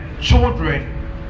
children